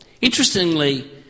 Interestingly